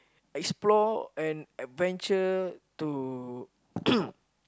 explore an adventure to